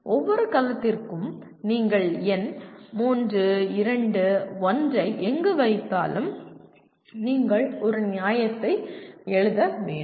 ஒவ்வொரு கலத்திற்கும் நீங்கள் எண் 3 2 1 ஐ எங்கு வைத்தாலும் நீங்கள் ஒரு நியாயத்தை எழுத வேண்டும்